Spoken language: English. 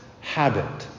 habit